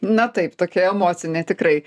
na taip tokia emocinė tikrai